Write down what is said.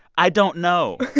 i don't know.